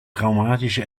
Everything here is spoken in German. traumatische